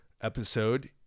episode